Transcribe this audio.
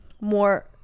more